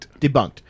Debunked